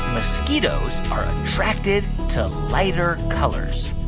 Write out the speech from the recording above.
mosquitoes are attracted to lighter colors?